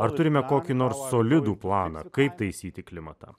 ar turime kokį nors solidų planą kaip taisyti klimatą